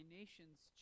nation's